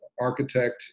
architect